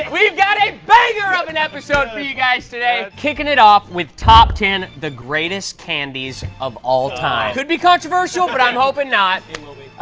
we've got a banger of an episode for you guys today. kicking it off with top ten the greatest candies of all time. could be controversial, but i'm hoping not. it will be.